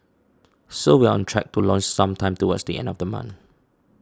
so we're on track to launch sometime towards the end of the month